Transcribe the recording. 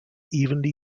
evenly